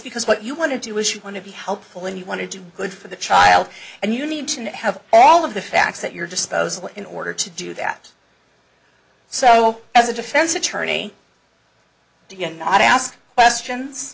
because what you want to do is you want to be helpful and you want to do good for the child and you need to not have all of the facts at your disposal in order to do that so as a defense attorney do you not ask questions